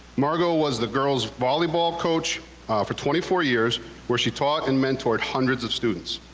margo was the girls' volleyball coach for twenty four years where she taught and mentored hundreds of students.